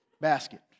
Basket